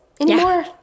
anymore